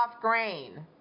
grain